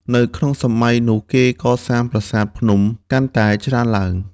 នៅក្នុងសម័យនោះគេកសាងប្រាសាទភ្នំ កាន់តែច្រើនឡើង ។